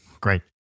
Great